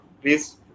please